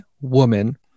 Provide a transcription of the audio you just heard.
woman